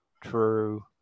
true